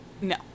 No